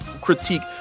critique